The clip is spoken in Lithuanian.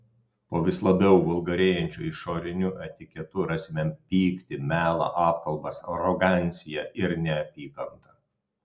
po vis labiau vulgarėjančiu išoriniu etiketu rasime pyktį melą apkalbas aroganciją ir neapykantą